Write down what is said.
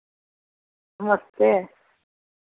नमस्ते